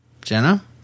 Jenna